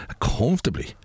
comfortably